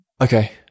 okay